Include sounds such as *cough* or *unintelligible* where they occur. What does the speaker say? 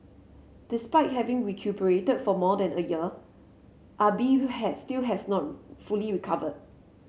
despite having recuperated for more than a year Ah Bi *unintelligible* has still has not fully recovered